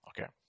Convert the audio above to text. Okay